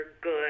good